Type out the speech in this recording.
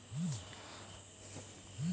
ಗಂಡು ಮಕ್ಕಳಿಗೆ ಯಾವೆಲ್ಲಾ ಯೋಜನೆಗಳಿವೆ ಅಂತ ಹೇಳ್ತೀರಾ?